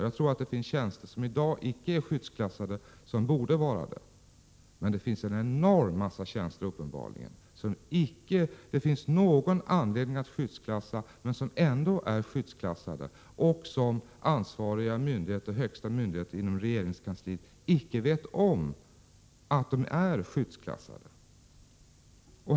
Jag tror att det i dag finns tjänster som icke är skyddsklassade men som borde vara det, och det finns uppenbarligen en enorm mängd tjänster som det icke finns någon anledning att skyddsklassa men som ändå är skyddsklassade, utan att ansvariga högsta myndigheter inom regeringskansliet känner till att de är skyddsklassade.